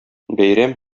бәйрәм